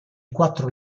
quattro